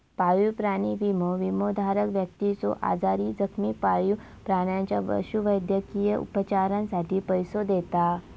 पाळीव प्राणी विमो, विमोधारक व्यक्तीच्यो आजारी, जखमी पाळीव प्राण्याच्या पशुवैद्यकीय उपचारांसाठी पैसो देता